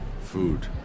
Food